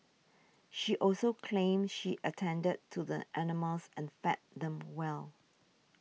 she also claimed she attended to the animals and fed them well